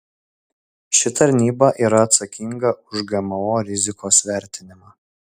ši tarnyba yra atsakinga už gmo rizikos vertinimą